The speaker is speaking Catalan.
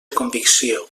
convicció